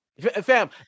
fam